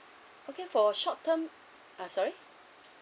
okay for short term uh sorry